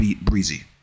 Breezy